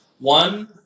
One